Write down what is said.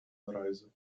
reise